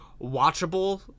watchable